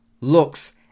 looks